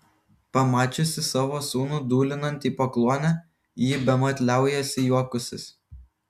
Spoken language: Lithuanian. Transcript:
pamačiusi savo sūnų dūlinant į pakluonę ji bemat liaujasi juokusis